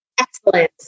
excellence